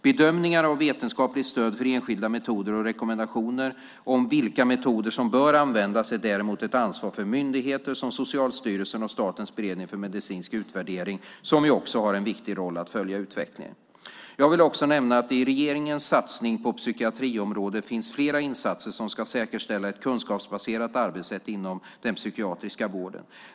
Bedömningar av vetenskapligt stöd för enskilda metoder och rekommendationer om vilka metoder som bör användas är däremot ett ansvar för myndigheter som Socialstyrelsen och Statens beredning för medicinsk utvärdering, som ju också har en viktig roll att följa utvecklingen. Jag vill också nämna att det i regeringens satsning på psykiatriområdet finns flera insatser som ska säkerställa ett kunskapsbaserat arbetssätt inom den psykiatriska vården.